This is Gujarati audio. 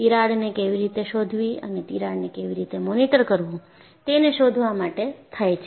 તિરાડને કેવી રીતે શોધવી અને તિરાડને કેવી રીતે મોનિટર કરવું તેને શોધવા માટે થાય છે